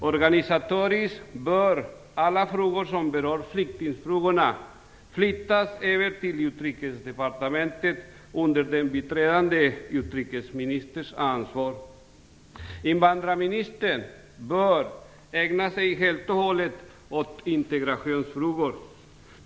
Organisatoriskt bör alla frågor som berör flyktingfrågorna flyttas över till Invandrarministern bör ägna sig helt och hållet år integrationsfrågor.